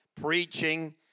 preaching